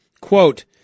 quote